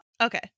Okay